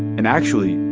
and actually,